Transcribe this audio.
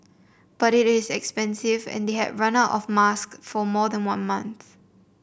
but it is expensive and they had run out of mask for more than a month